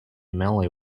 mainly